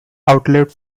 outlet